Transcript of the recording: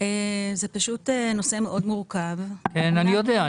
זה פשוט נושא מאוד מורכב -- כן, אני יודע.